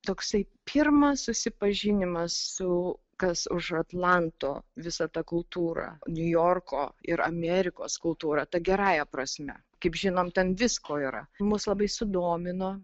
toksai pirmas susipažinimas su kas už atlanto visa ta kultūra niujorko ir amerikos kultūra ta gerąja prasme kaip žinom ten visko yra mus labai sudomino